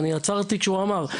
אני עצרתי כשהוא אמר,